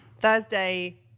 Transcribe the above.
Thursday